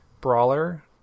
brawler